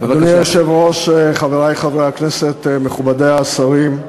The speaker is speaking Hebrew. אדוני היושב-ראש, חברי חברי הכנסת, מכובדי השרים,